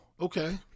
Okay